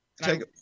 take